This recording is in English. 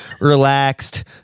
relaxed